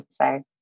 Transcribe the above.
say